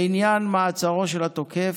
לעניין מעצרו של התוקף,